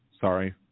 Sorry